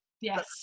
yes